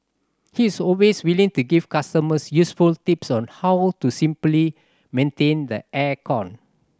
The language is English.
he is always willing to give customers useful tips on how to simply maintain the air con